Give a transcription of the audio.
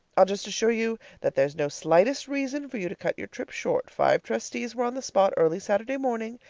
i'll just assure you that there's no slightest reason for you to cut your trip short. five trustees were on the spot early saturday morning,